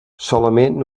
solament